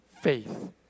faith